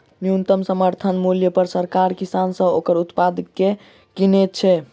न्यूनतम समर्थन मूल्य पर सरकार किसान सॅ ओकर उत्पाद के किनैत छै